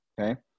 Okay